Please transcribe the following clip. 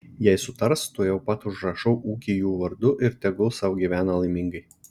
jei sutars tuojau pat užrašau ūkį jų vardu ir tegul sau gyvena laimingai